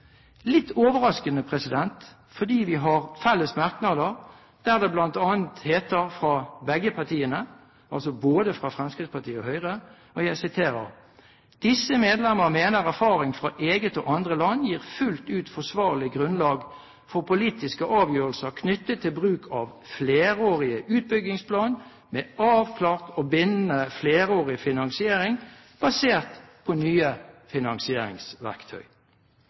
litt overraskende, for vi har felles merknader, der det bl.a. heter fra begge partiene, altså både fra Fremskrittspartiet og Høyre: «Disse medlemmer mener erfaringer fra eget og andre land gir fullt ut forsvarlig grunnlag for politiske avgjørelser knyttet til bruk av flerårig utbyggingsplan med avklart og bindende flerårig finansiering basert på nye finansieringsverktøy.»